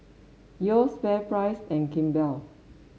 Yeo's FairPrice and Kimball